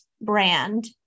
brand